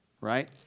right